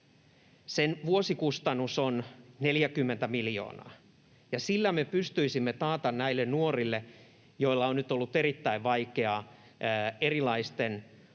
Sen vuosikustannus on 40 miljoonaa, ja sillä me pystyisimme takaamaan näille nuorille, joilla on nyt ollut erittäin vaikeaa erilaisten